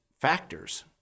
factors